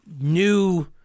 new